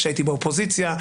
כשהייתי באופוזיציה,